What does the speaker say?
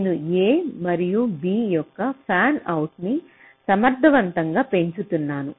నేను A మరియు B యొక్క ఫ్యాన్అవుట్ ని సమర్థవంతంగా పెంచుతున్నాను